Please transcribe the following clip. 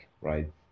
right